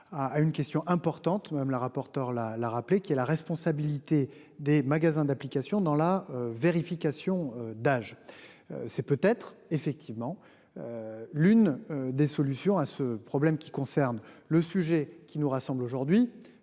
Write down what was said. à une question importante. Madame la rapporteure la la rappeler qu'il a la responsabilité des magasins d'applications dans la vérification d'âge. C'est peut être effectivement. L'une des solutions à ce problème qui concerne le sujet qui nous rassemble aujourd'hui